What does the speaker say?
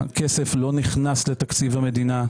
הכסף לא נכנס לתקציב המדינה,